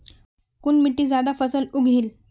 कुन मिट्टी ज्यादा फसल उगहिल?